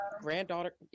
Granddaughter